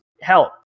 help